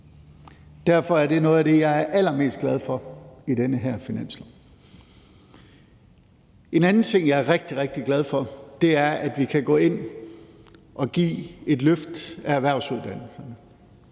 Derfor er det noget af det, jeg er allermest glad for i det her forslag til finanslov. En anden ting, som jeg er rigtig, rigtig glad for, er, at vi kan gå ind og give et løft af erhvervsuddannelserne.